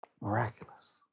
Miraculous